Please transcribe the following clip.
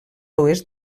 oest